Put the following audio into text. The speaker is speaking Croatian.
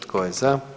Tko je za?